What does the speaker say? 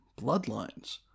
Bloodlines